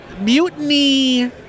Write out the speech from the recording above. mutiny